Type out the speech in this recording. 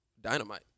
Dynamite